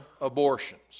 abortions